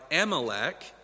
Amalek